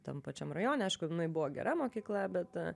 tam pačiam rajone aišku jinai buvo gera mokykla bet a